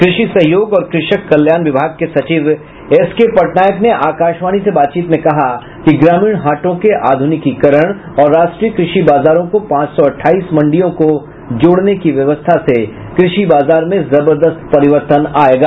कृषि सहयोग और कृषक कल्याण विभाग के सचिव एस के पटनायक ने आकाशवाणी से बातचीत में कहा कि ग्रामीण हाटों के आध्रनिकीकरण और राष्ट्रीय कृषि बाजारों को पांच सौ अठाईस मंडियों को जोड़ने की व्यवस्था से कृषि बाजार में जबदरस्त परिवर्तन आयेगा